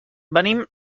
venim